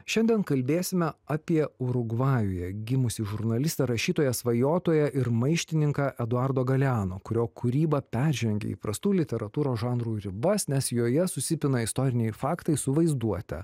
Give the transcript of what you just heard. šiandien kalbėsime apie urugvajuje gimusį žurnalistą rašytoją svajotoją ir maištininką eduardo galeano kurio kūryba peržengia įprastų literatūros žanrų ribas nes joje susipina istoriniai faktai su vaizduote